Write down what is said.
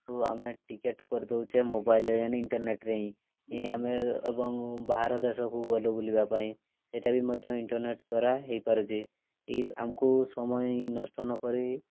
ତ ଆମେ ଟିକେଟ୍ କରିଦେଉଛେ ମୋବାଇଲ୍ରେ ହିଁ ଇଣ୍ଟର୍ନେଟ୍ରେ ହିଁ ଏହି ଆମେ ଏବଂ ବାହାର ଦେଶକୁ ଗଲୁ ବୁଲିବା ପାଇଁ ସେଇଟା ବି ମଧ୍ୟ ଇଣ୍ଟର୍ନେଟ୍ ଦ୍ୱାରା ହୋଇପାରୁଛି ଏହି ଆମକୁ ସମୟ ନଷ୍ଟ ନକରି